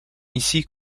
ici